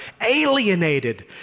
alienated